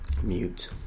Mute